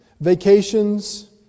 vacations